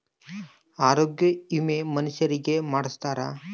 ಆರೊಗ್ಯ ವಿಮೆ ಮನುಷರಿಗೇ ಮಾಡ್ಸ್ತಾರ